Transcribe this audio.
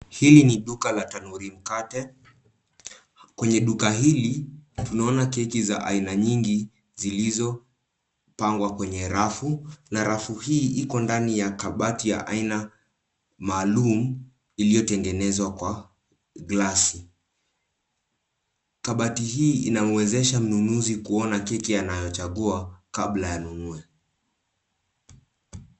Hili ni duka la tanuri mkate . Kwenye duka hili tunaona keki za aina nyingi zilizopangwa kwenye rafu , na rafu hii Iko ndani ya kabati ya aina maalum iliyotengenezwa kwa glasi. Kabati hii inamwezesha mnunuzi kuona keki anayochagua kabila anunue.